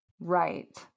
Right